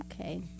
Okay